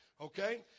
Okay